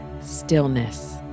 stillness